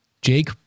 jake